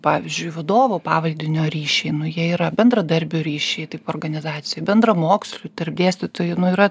pavyzdžiui vadovo pavaldinio ryšiai nu jie yra bendradarbių ryšiai taip organizacijoj bendramokslių tarp dėstytojų nu yra